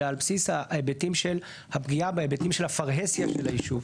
אלא על בסיס ההיבטים של הפגיעה בהיבטים של הפרהסיה של היישוב.